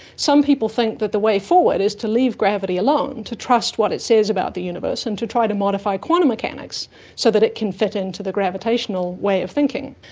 some people think that the way forward is to leave gravity alone, to trust what it says about the universe and to try to modify quantum mechanics so that it can fit into the gravitational way of thinking.